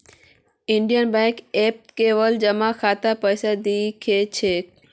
Indian बैंकेर ऐपत केवल जमा खातात पैसा दि ख छेक